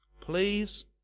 Please